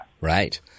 Right